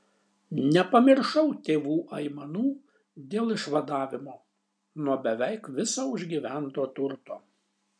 nepamiršau tėvų aimanų dėl išvadavimo nuo beveik viso užgyvento turto